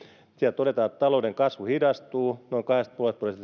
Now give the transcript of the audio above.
siellä todetaan että talouden kasvu hidastuu noin kahdesta pilkku viidestä prosentista